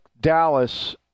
Dallas